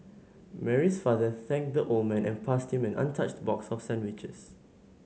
Mary's father thanked the old man and passed him an untouched box of sandwiches